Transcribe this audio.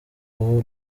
aho